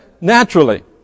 naturally